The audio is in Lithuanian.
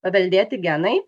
paveldėti genai